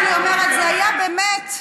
היה באמת,